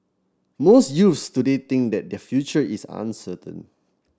most youths today think that their future is uncertain